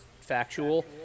factual